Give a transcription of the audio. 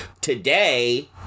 today